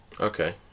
Okay